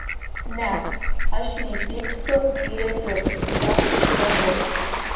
ne aš nei pykstu nei rėkiu tiesiog taip kalbu